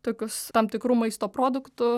tokius tam tikrų maisto produktų